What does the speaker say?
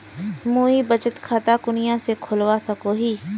मुई बचत खता कुनियाँ से खोलवा सको ही?